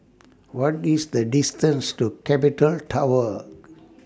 What IS The distance to Capital Tower